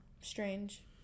Strange